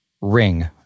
Ring